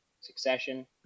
succession